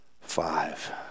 five